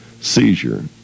seizure